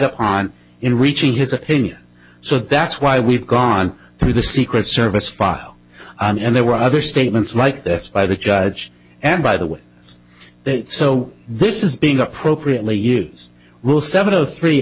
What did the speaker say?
upon in reaching his opinion so that's why we've gone through the secret service file and there were other statements like this by the judge and by the way that so this is being appropriately used will seven o three